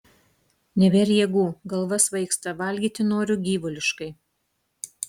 nebėr jėgų galva svaigsta valgyti noriu gyvuliškai